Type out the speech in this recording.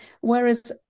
Whereas